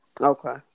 Okay